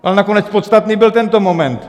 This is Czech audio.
Ale nakonec podstatný byl tento moment.